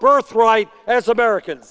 birthright as american